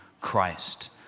Christ